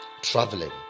traveling